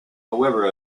however